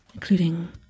Including